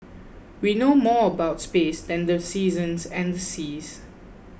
we know more about space than the seasons and the seas